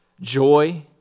Joy